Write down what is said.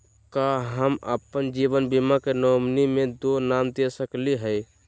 का हम अप्पन जीवन बीमा के नॉमिनी में दो नाम दे सकली हई?